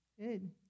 Good